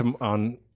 on